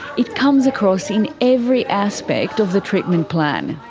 it comes across in every aspect of the treatment plan,